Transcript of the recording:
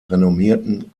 renommierten